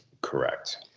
Correct